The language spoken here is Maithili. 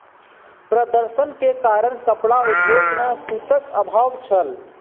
प्रदर्शन के कारण कपड़ा उद्योग में सूतक अभाव छल